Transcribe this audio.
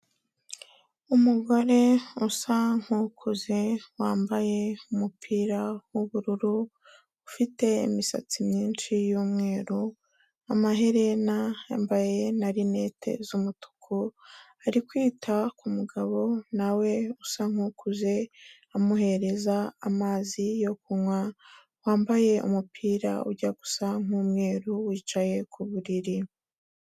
Umugore usa nk'ukuze, wambaye umupira w'ubururu, ufite imisatsi myinshi y'umweru, amaherena, yambaye na rinete z'umutuku, ari kwita ku mugabo na we usa nk'ukuze, amuhereza amazi yo kunywa, wambaye umupira ujya gusa nk'umweru, wicaye ku buriri.